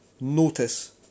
Notice